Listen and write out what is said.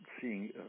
seeing